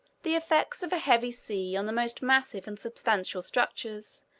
the effects of a heavy sea on the most massive and substantial structures,